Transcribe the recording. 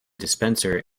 dispenser